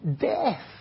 death